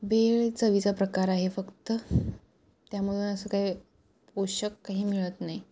भेळ चवीचा प्रकार आहे फक्त त्यामधून असं काही पोषक काही मिळत नाही